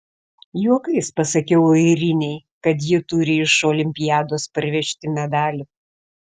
juokais pasakiau airinei kad ji turi iš olimpiados parvežti medalį